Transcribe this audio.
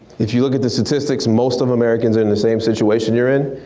if you look at the statistics, most of americans are in the same situation you're in.